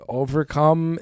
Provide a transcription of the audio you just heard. overcome